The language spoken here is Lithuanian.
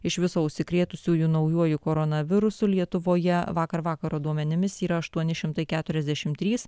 iš viso užsikrėtusiųjų naujuoju koronavirusu lietuvoje vakar vakaro duomenimis yra aštuoni šimtai keturiasdešim trys